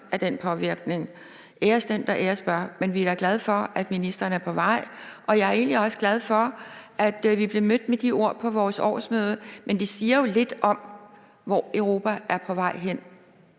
af den påvirkning. Æres den, der æres bør. Men vi er da glade for, at ministeren er på vej, og jeg er egentlig også glad for, at vi blev mødt med de ord på vores årsmøde. Men det siger jo lidt om, hvor Europa er på vej hen.